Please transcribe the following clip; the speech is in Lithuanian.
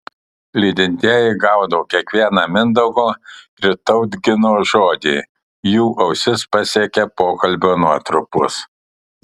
lydintieji gaudo kiekvieną mindaugo ir tautgino žodį jų ausis pasiekia pokalbio nuotrupos